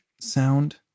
sound